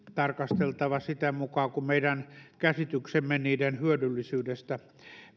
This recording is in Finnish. tarkasteltava sitä mukaan kuin meidän käsityksemme niiden hyödyllisyydestä